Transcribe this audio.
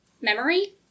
memory